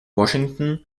washington